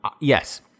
Yes